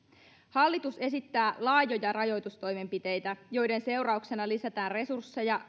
hallitus esittää laajoja rajoitustoimenpiteitä joiden seurauksena lisätään resursseja